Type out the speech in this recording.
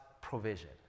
provision